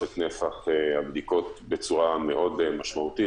את נפח הבדיקות בצורה מאוד משמעותית,